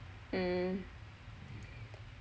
mm